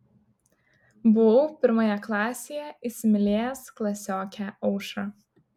buvau pirmoje klasėje įsimylėjęs klasiokę aušrą